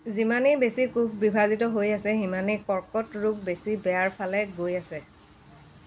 যিমানেই বেছি কোষ বিভাজিত হৈ আছে সিমানেই কৰ্কট ৰোগ বেছি বেয়াৰফালে গৈ আছে